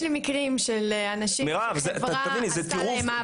יש לי מקרים של אנשים שהחברה עשתה להם עוול,